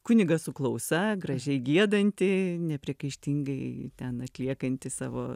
kunigą su klausa gražiai giedantį nepriekaištingai ten atliekantį savo